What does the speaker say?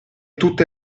tutte